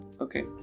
Okay